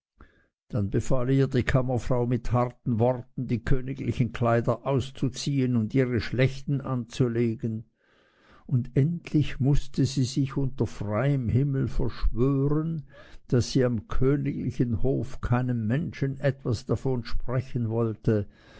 dann befahl ihr die kammerfrau mit harten worten die königlichen kleider auszuziehen und ihre schlechten anzulegen und endlich mußte sie sich unter freiem himmel verschwören daß sie am königlichen hof keinem menschen etwas davon sprechen wollte